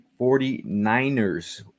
49ers